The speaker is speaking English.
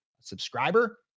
subscriber